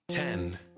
Ten